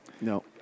No